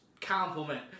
compliment